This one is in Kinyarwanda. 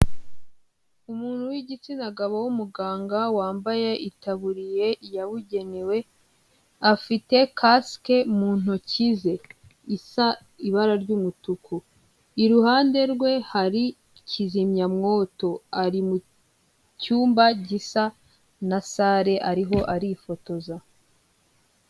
Umuntu w'igitsina gabo w'umuganga wambaye itaburiye yabugenewe, afite kaske mu ntoki ze isa ibara ry'umutuku, iruhande rwe hari kizimyamwoto, ari mu cyumba gisa na sale ariho arifotoza.